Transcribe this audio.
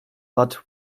but